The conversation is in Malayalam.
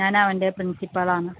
ഞാൻ അവൻ്റെ പ്രിൻസിപ്പാളാണ്